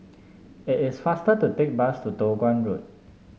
it is faster to take the bus to Toh Guan Road